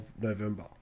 November